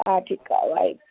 हा ठीकु आहे भाई